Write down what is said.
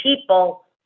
people